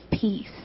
peace